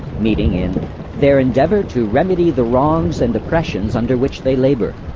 meeting in their endeavour to remedy the wrongs and oppressions under which they labor.